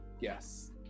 yes